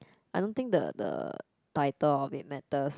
I don't think the the title of it matters